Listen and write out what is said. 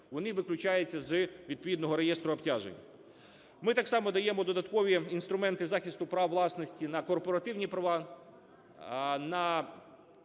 вони виключаються з відповідного реєстру обтяжень. Ми так само даємо додаткові інструменти захисту прав власності на корпоративні права, на